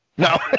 No